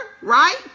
right